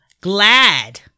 glad